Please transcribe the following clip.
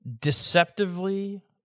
Deceptively